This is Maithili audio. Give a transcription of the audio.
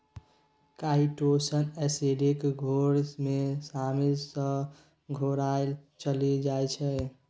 काइटोसन एसिडिक घोर मे आसानी सँ घोराएल चलि जाइ छै